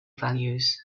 values